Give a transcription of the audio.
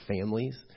families